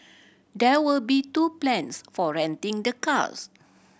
there will be two plans for renting the cars